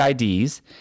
IDs